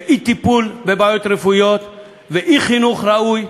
של אי-טיפול בבעיות רפואיות וחוסר בחינוך ראוי.